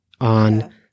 on